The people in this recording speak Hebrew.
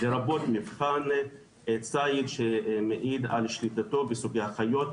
לרבות מבחן ציד שמעיד על שליטתו בסוגי החיות.